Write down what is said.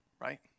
right